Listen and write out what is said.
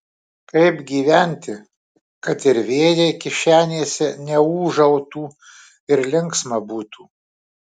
kaip gyventi kad ir vėjai kišenėse neūžautų ir linksma būtų